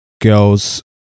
girls